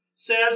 says